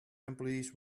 employees